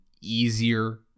easier